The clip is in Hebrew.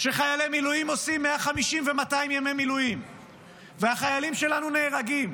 שחיילי מילואים עושים 150 ו-200 ימי מילואים והחיילים שלנו נהרגים,